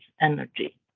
Energy